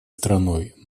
страной